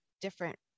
different